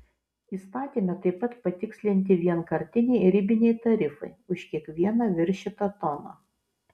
įstatyme taip pat patikslinti vienkartiniai ribiniai tarifai už kiekvieną viršytą toną